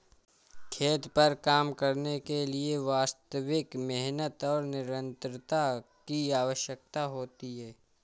खेत पर काम करने के लिए वास्तविक मेहनत और निरंतरता की आवश्यकता होती है